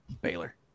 Baylor